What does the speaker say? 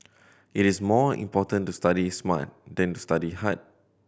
it is more important to study smart than to study hard